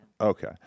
Okay